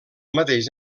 mateix